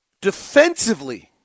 Defensively